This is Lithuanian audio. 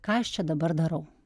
ką aš čia dabar darau